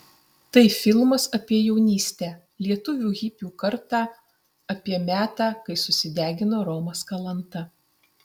tai filmas apie jaunystę lietuvių hipių kartą apie metą kai susidegino romas kalanta